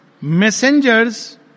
messengers